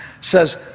says